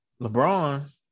LeBron